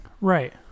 right